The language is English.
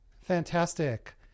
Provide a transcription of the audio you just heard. Fantastic